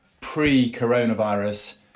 pre-coronavirus